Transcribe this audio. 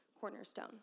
cornerstone